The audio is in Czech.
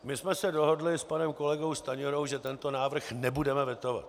My jsme se dohodli s panem kolegou Stanjurou, že tento návrh nebudeme vetovat.